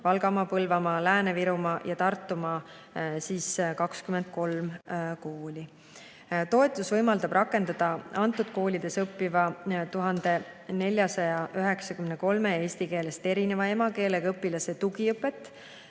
Valgamaa, Põlvamaa, Lääne-Virumaa ja Tartumaa koolid. Toetus võimaldab rakendada nendes koolides õppiva 1493 eesti keelest erineva emakeelega õpilase tugiõpet